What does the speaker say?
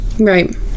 Right